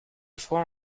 froid